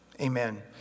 Amen